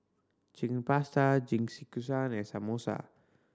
Chicken Pasta Jingisukan and Samosa